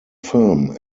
film